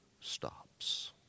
stops